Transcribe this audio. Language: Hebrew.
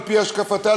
על-פי השקפתה,